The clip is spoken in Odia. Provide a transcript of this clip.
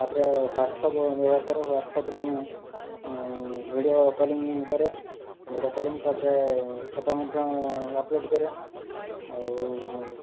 ତା'ପରେ ହ୍ଵାଟ୍ସପ୍ ବ୍ୟବହାର କରେ ହ୍ୱାଟ୍ସପ୍ରେ ଭିଡ଼ିଓ କଲିଙ୍ଗ୍ କରେ ଭିଡ଼ିଓ କଲିଙ୍ଗ୍ ତା'ପରେ ଫଟୋ ମଧ୍ୟ ଅପଲୋଡ଼୍ କରେ ଆଉ